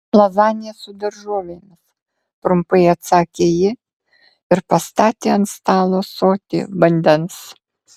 lazanija su daržovėmis trumpai atsakė ji ir pastatė ant stalo ąsotį vandens